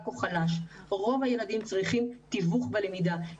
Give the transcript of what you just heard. לעומת חלש רוב הילדים צריכים תיווך בלמידה.